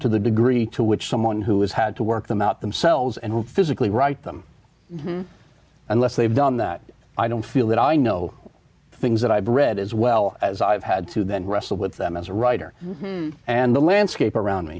to the degree to which someone who has had to work them out themselves and who physically write them unless they've done that i don't feel that i know things that i've read as well as i've had to then wrestle with them as a writer and the landscape around me